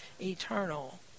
eternal